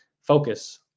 focus